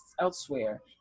elsewhere